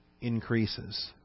increases